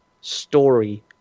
story